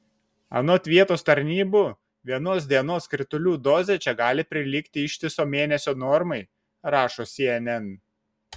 anot vietos tarnybų vienos dienos kritulių dozė čia gali prilygti ištiso mėnesio normai rašo cnn